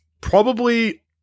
probably-